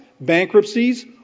Bankruptcies